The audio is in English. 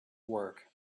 work